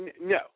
no